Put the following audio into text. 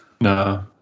No